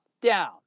down